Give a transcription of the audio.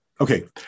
Okay